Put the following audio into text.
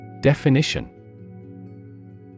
Definition